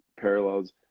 parallels